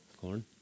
Corn